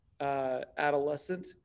adolescent